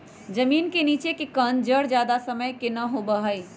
जमीन के नीचे के कंद जड़ ज्यादा समय के ना होबा हई